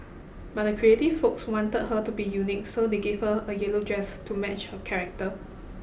but the creative folks wanted her to be unique so they gave her a yellow dress to match her character